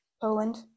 Poland